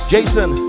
Jason